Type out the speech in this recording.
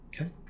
Okay